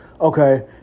Okay